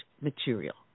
material